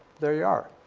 there you are.